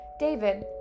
David